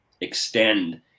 extend